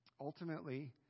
Ultimately